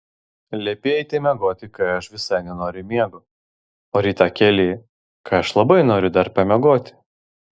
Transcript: liepi eiti miegoti kai aš visai nenoriu miego o ryte keli kai aš labai noriu dar pamiegoti